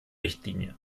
richtlinie